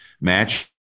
match